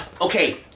Okay